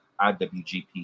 IWGP